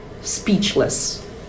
speechless